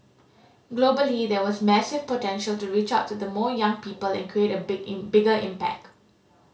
globally there was massive potential to reach out to the more young people and create a big in bigger impact